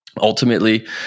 ultimately